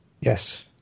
Yes